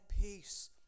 peace